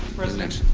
president,